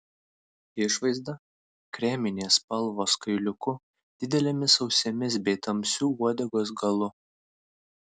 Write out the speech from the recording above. išvaizda kreminės spalvos kailiuku didelėmis ausimis bei tamsiu uodegos galu